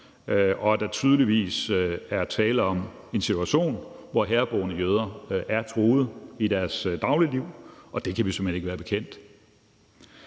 at der tydeligvis er tale om en situation, hvor herboende jøder er truet i deres dagligliv, og det kan vi simpelt hen ikke være bekendt.